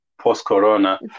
post-corona